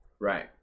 right